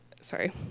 sorry